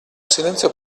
silenzio